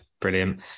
Brilliant